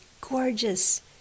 gorgeous